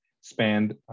spanned